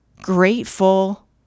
grateful